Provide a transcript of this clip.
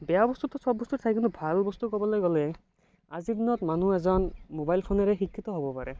বেয়া বস্তুটো চব বস্তুৰ থাকে কিন্তু ভাল বস্তু ক'বলৈ গ'লে আজিৰ দিনত মানুহ এজন মোবাইল ফোনেৰে শিক্ষিত হ'ব পাৰে